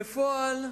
בפועל,